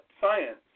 science